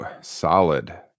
solid